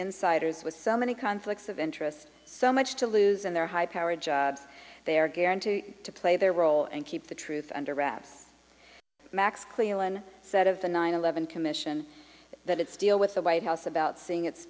insiders with so many conflicts of interest so much to lose and their high powered jobs they are guaranteed to play their role and keep the truth under wraps max cleland said of the nine eleven commission that its deal with the white house about seeing it